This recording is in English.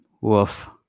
Woof